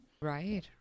Right